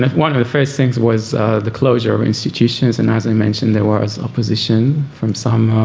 one of the first things was the closure of institutions, and as i mentioned there was opposition from some